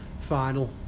final